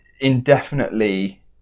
Indefinitely